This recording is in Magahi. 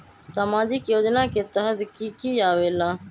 समाजिक योजना के तहद कि की आवे ला?